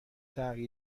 تغییر